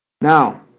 Now